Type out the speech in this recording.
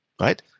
right